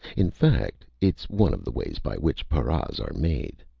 in fact, it's one of the ways by which paras are made.